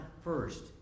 first